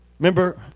Remember